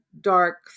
dark